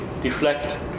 deflect